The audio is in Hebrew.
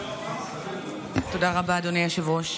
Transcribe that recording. תודה רבה, אדוני היושב-ראש.